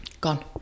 gone